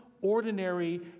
ordinary